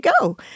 go